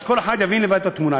אז כל אחד יבין לבד את התמונה.